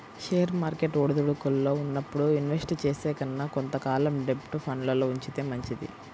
share market ఒడిదుడుకుల్లో ఉన్నప్పుడు invest చేసే కన్నా కొంత కాలం డెబ్ట్ ఫండ్లల్లో ఉంచితే మంచిది